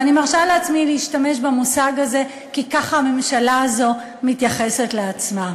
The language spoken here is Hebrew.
ואני מרשה לעצמי להשתמש במושג הזה כי ככה הממשלה הזאת מתייחסת לעצמה.